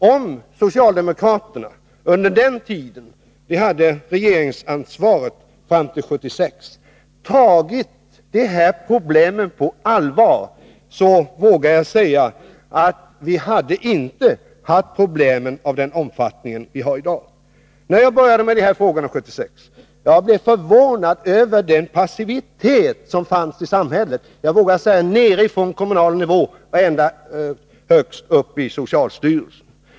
Om socialdemokraterna under den tid då de hade regeringsansvaret, fram till 1976, tagit de här problemen på allvar, hade vi inte haft problem av den omfattning vi har i dag, vågar jag säga. När jag började arbeta med de här frågorna 1976 blev jag förvånad över den passivitet som fanns i samhället, nerifrån kommunal nivå ända högst upp i socialstyrelsen.